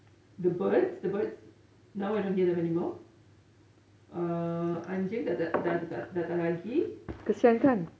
the birds the birds now I don't hear them anymore uh anjing tak dah takde lagi